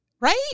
right